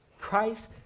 Christ